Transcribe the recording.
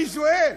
אני שואל.